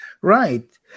right